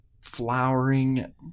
flowering